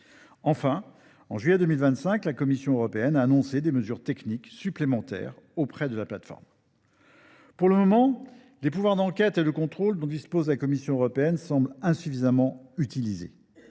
Enfin, en juillet 2025, la Commission européenne a annoncé des mesures techniques supplémentaires auprès de la plateforme. Pour le moment, les pouvoirs d’enquête et de contrôle dont dispose la Commission européenne semblent insuffisamment utilisés.